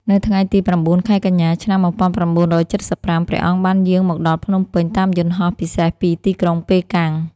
នៅថ្ងៃទី៩ ខែកញ្ញា ឆ្នាំ១៩៧៥ ព្រះអង្គបានយាងមកដល់ភ្នំពេញតាមយន្តហោះពិសេសពីទីក្រុងប៉េកាំង។